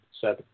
seven